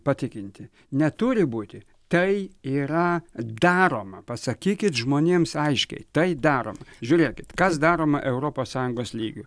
patikinti neturi būti tai yra daroma pasakykit žmonėms aiškiai tai daroma žiūrėkit kas daroma europos sąjungos lygiu